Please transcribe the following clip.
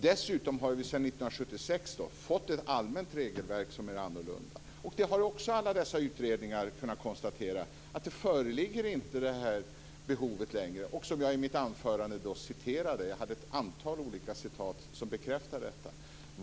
Dessutom har vi sedan 1976 fått ett allmänt regelverk som är annorlunda. Alla dessa utredningar har också kunnat konstatera att detta behov inte längre föreligger. Jag läste i mitt anförande upp ett antal citat som bekräftar detta.